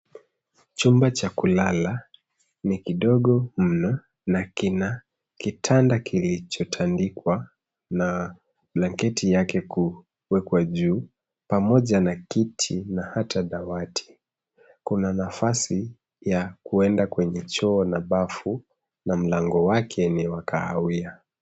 Chumba cha kulala, ni kidogo mno na kina kitanda kilichotandikwa na blanketi yake kuwekwa juu pamoja na kiti na hata dawati. Kuna nafasi ya kuenda kwenye choo na bafu na mlango wake ni wa kahawia.